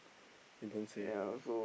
you don't say